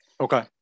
Okay